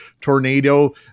tornado